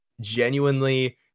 genuinely